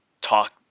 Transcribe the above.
talk